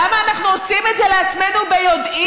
למה אנחנו עושים את זה לעצמנו ביודעין?